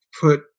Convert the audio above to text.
put